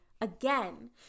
Again